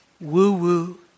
woo-woo